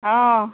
অঁ